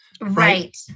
Right